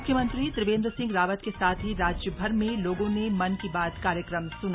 मुख्यमंत्री त्रिवेन्द्र सिंह रावत के साथ ही राज्य भर में लोगों ने मन की बात कार्यक्रम सुना